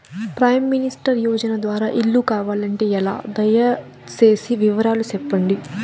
Prime minister యోజన ద్వారా ఇల్లు కావాలంటే ఎలా? దయ సేసి వివరాలు సెప్పండి?